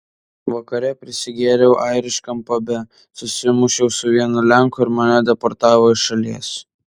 vakare prisigėriau airiškam pabe susimušiau su vienu lenku ir mane deportavo iš šalies